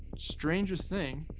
istrangest thing.